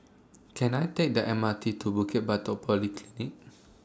Can I Take The M R T to Bukit Batok Polyclinic